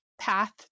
path